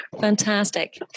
Fantastic